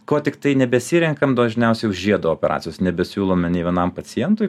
ko tiktai nebesirenkam dažniausiai jau žiedo operacijos nebesiūlome nei vienam pacientui